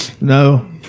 No